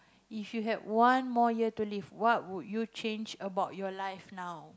if you had one more year to live what would you change about your life now